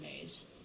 days